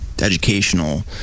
educational